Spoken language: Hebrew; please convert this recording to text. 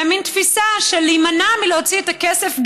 במין תפיסה של להימנע מלהוציא את הכסף,